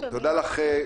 תודה לך,